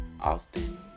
often